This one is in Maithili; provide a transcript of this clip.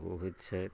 सेहो होइत छथि